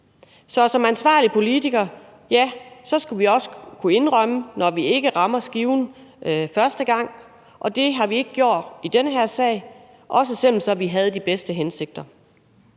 Så som ansvarlige politikere skal vi også kunne indrømme, når vi ikke rammer skiven første gang, og det har vi ikke gjort i den her sag, også selv om vi havde de bedste hensigter.